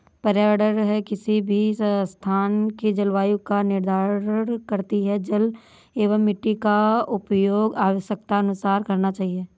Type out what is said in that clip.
पर्यावरण ही किसी भी स्थान के जलवायु का निर्धारण करती हैं जल एंव मिट्टी का उपयोग आवश्यकतानुसार करना चाहिए